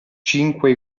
cinque